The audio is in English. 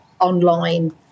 online